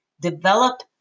Develop